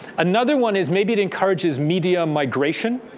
another one is maybe it encourages media migration.